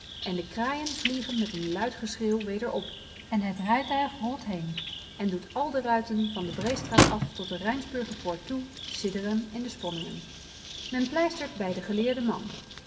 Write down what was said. en de kraaien vliegen met een luid geschreeuw weder op en het rijtuig rolt heen en doet al de ruiten van de breestraat af tot de rijnsburger poort toe sidderen in de sponningen men pleistert bij den geleerden man